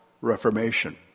Reformation